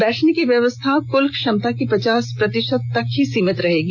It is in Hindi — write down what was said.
बैठने की व्यवस्था कुल क्षमता की पचास प्रतिशत तक सीमित रहेगी